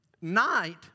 Night